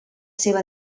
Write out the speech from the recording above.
seva